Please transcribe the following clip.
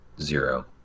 zero